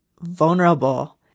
vulnerable